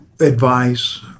advice